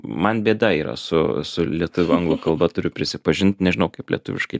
man bėda yra su su lietuvių anglų kalba turiu prisipažint nežinau kaip lietuviškai